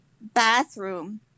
bathroom